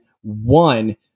one